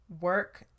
work